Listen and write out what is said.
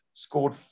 scored